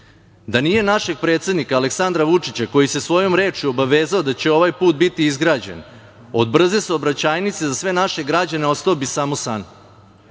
Da nije našeg predsednika Aleksandra Vučića koji se svojom rečju obavezao da će ovaj put biti izgrađen, od brze saobraćajnice za sve naše građane ostao bi samo san.U